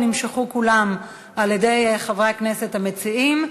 שנמשכו כולן על-ידי חברי הכנסת המציעים,